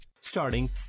Starting